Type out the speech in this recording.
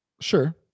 Sure